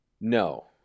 No